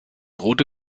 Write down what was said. rote